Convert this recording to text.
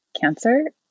cancer